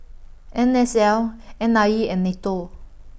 N S L N I E and NATO